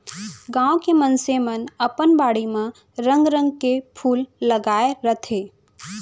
गॉंव के मनसे मन अपन बाड़ी म रंग रंग के फूल लगाय रथें